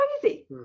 crazy